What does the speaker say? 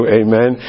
amen